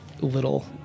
little